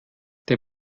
der